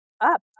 up